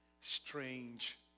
strange